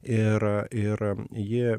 ir ir ji